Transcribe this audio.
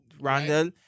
Randall